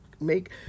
make